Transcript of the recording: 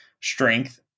strength